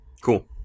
cool